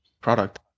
product